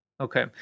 okay